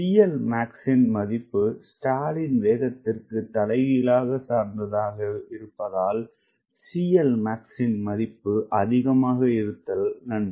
CLmaxமதிப்புஸ்டால்லின்வேகத்திற்குதலைகீழாசார்ந்ததாகஇருப்பதால்CLmax இன் மதிப்பு அதிகமாக இருத்தல் நன்று